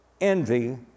envy